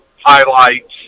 highlights